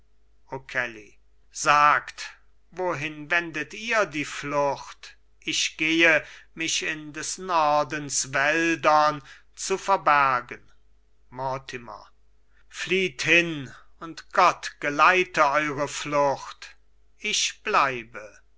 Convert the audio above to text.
sagt wohin wendet ihr die flucht ich gehe mich in des nordens wäldern zu verbergen mortimer flieht hin und gott geleite eure flucht ich bleibe